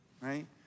right